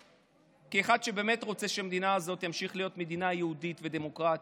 וכאחד שבאמת רוצה שהמדינה הזאת תמשיך להיות מדינה יהודית ודמוקרטית,